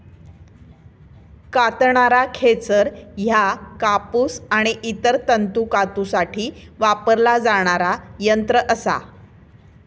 कातणारा खेचर ह्या कापूस आणि इतर तंतू कातूसाठी वापरला जाणारा यंत्र असा